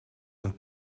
een